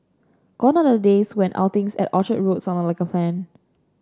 gone are the days when outings at Orchard Road sounded like a fan